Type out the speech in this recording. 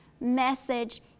message